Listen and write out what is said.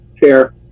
chair